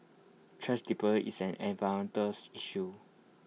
thrash dispose is an issue